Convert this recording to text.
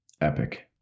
Epic